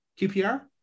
QPR